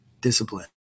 discipline